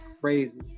crazy